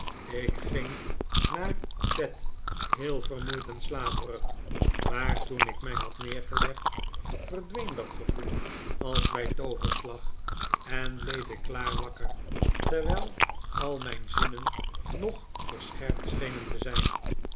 ik ging naar bed heel vermoeid en slaperig maar toen ik mij had neergelegd verdween dat gevoel als bij tooverslag en bleef ik klaar wakker terwijl al mijn zinnen nog verscherpt schenen te zijn